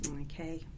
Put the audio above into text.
Okay